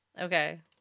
Okay